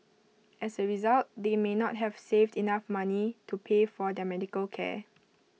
as A result they may not have saved enough money to pay for their medical care